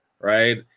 right